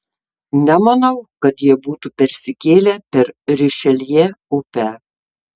nemanau kad jie būtų persikėlę per rišeljė upę